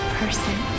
person